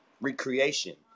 Recreation